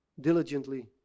diligently